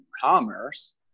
commerce